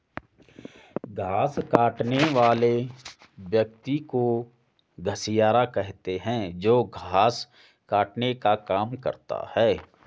घास काटने वाले व्यक्ति को घसियारा कहते हैं जो घास काटने का काम करता है